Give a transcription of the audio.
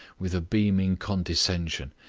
with a beaming condescension.